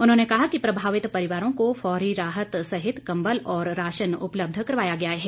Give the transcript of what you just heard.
उन्होंने कहा कि प्रभावित परिवारों को फौरी राहत सहित कंबल और राशन उपलब्ध करवाया गया है